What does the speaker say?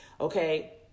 Okay